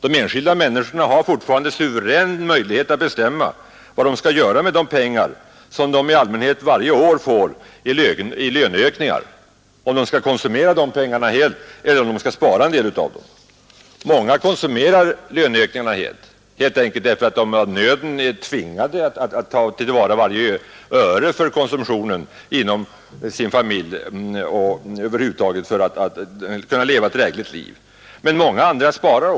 De enskilda människorna har fortfarande en suverän möjlighet att bestämma vad de skall göra med de pengar som de i allmänhet varje år får i löneökningar: om de skall konsumera de pengarna helt eller om de skall spara en del av dem. Många konsumerar löneökningarna helt, därför att de av nöden är tvingade att använda varje öre för konsumtion för att familjen över huvud taget skall kunna leva ett drägligt liv. Men många andra sparar.